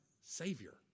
savior